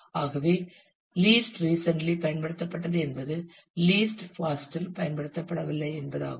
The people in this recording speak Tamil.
ஆகவே லீஸ்ட் ரீசன்ட்லி பயன்படுத்தப்பட்டது என்பது ரீசன்ட் பாஸ்ட் இல் பயன்படுத்தப்படவில்லை என்பதாகும்